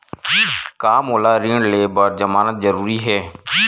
का मोला ऋण ले बर जमानत जरूरी हवय?